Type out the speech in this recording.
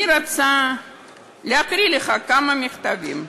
אני רוצה להקריא לך כמה מכתבים,